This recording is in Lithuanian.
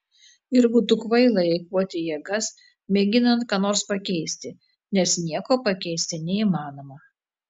ir būtų kvaila eikvoti jėgas mėginant ką nors pakeisti nes nieko pakeisti neįmanoma